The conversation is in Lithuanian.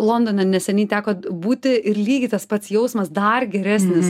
londone neseniai teko būti ir lygiai tas pats jausmas dar geresnis